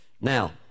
Now